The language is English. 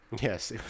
Yes